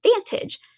advantage